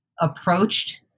approached